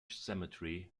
cemetery